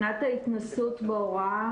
מבחינת ההתנסות בהוראה,